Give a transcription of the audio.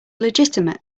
legitimate